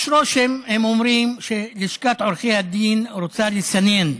יש רושם, הם אומרים, שלשכת עורכי הדין רוצה לסנן,